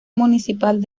municipal